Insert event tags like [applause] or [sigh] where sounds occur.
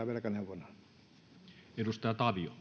[unintelligible] velkaneuvonnan